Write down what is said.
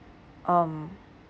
um